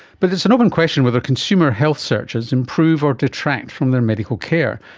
but it's an open question whether consumer health searches improve or detract from their medical care.